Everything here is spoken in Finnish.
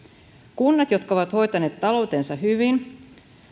kunnat jotka ovat hoitaneet taloutensa hyvin